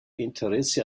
interesse